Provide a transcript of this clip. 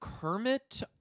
Kermit